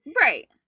Right